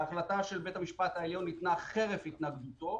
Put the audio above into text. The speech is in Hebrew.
ההחלטה של בית המשפט העליון ניתנה חרף התנגדותו.